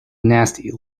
nasty